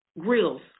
Grills